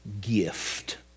gift